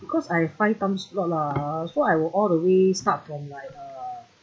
because I five time slot lah ah so I will all the way start from like uh